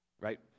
right